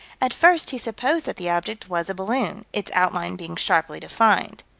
at first he supposed that the object was a balloon, its outline being sharply defined.